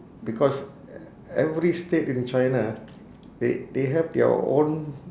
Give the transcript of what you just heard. because e~ every state in china they they have their own